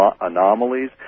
anomalies